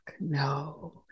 no